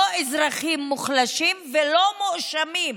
לא אזרחים מוחלשים ולא מואשמים,